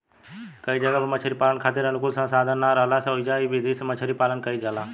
कई जगह पर मछरी पालन खातिर अनुकूल संसाधन ना राहला से ओइजा इ विधि से मछरी पालन कईल जाला